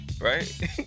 right